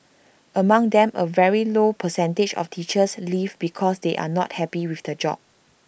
among them A very low percentage of teachers leave because they are not happy with the job